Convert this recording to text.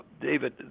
David